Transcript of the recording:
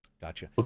Gotcha